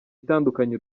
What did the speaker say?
itandukanye